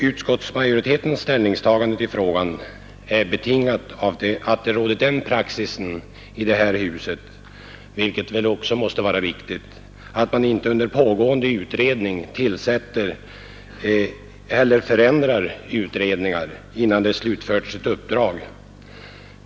Utskottsmajoritetens ställningstagande till frågan är betingad av att det i detta hus råder den praxis, vilket väl också är riktigt, att man inte under pågående utredning förändrar utredningen innan den slutfört sitt uppdrag.